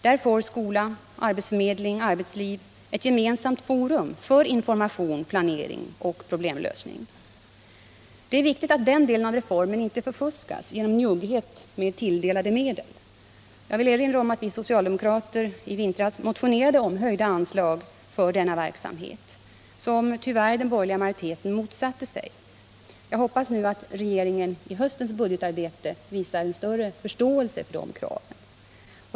Där får skola, arbetsförmedling och arbetsliv ett gemensamt forum för information, planering och problemlösning. Det är viktigt att den delen av reformen inte förfuskas genom njugghet med tilldelade medel. Jag vill erinra om att vi socialdemokrater i vintras motionerade om att anslagen för denna verksamhet skulle höjas, vilket tyvärr den borgerliga majoriteten motsatte sig. Jag hoppas nu att regeringen i höstens budgetarbete visar större förståelse för detta krav.